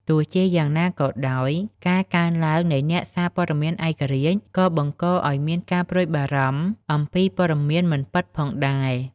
ទោះជាយ៉ាងណាក៏ដោយ ការកើនឡើងនៃអ្នកសារព័ត៌មានឯករាជ្យក៏បង្កឱ្យមានការព្រួយបារម្ភអំពីព័ត៌មានមិនពិតផងដែរ។